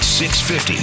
650